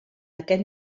aquest